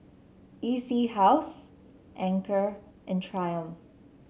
E C House Anchor and Triumph